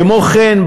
כמו כן,